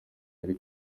yari